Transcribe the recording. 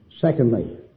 Secondly